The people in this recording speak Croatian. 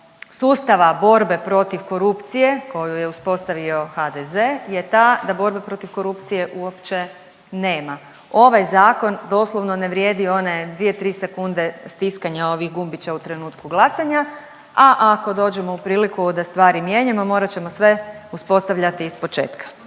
sustava borbe protiv korupcije koju je uspostavio HDZ je ta da borbe protiv korupcije uopće nema. Ovaj zakon doslovno ne vrijedi one 2, 3 sekunde stiskanja ovih gumbića u trenutku glasanja, a ako dođemo u priliku da stvari mijenjamo, morat ćemo sve uspostavljati ispočetka.